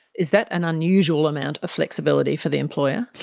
is that an unusual amount of flexibility for the employer?